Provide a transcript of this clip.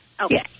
Okay